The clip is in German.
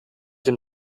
dem